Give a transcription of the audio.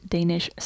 Danish